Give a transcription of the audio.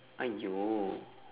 !aiyo!